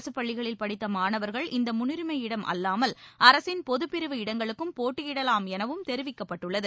அரசுப் பள்ளிகளில் படித்த மாணவர்கள் இந்த முன்னுரிமை இடம் அல்லாமல் அரசின் பொதுப்பிரிவு இடங்களுக்கும் போட்டியிடலாம் எனவும் தெரிவிக்கப்பட்டுள்ளது